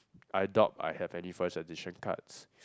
I doubt I have any first edition cards